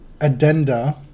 Addenda